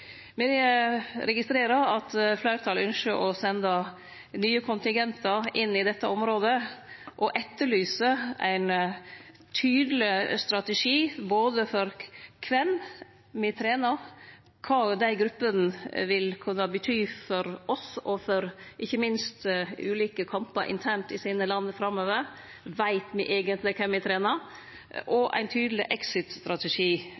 Me registrerer at fleirtalet ynskjer å sende nye kontingentar inn i dette området og etterlyser ein tydeleg strategi, både for kven me trenar, og kva dei gruppene vil kunne bety for oss og ikkje minst for ulike kampar internt i sine land framover. Veit me eigentleg